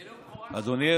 אדוני.